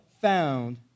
found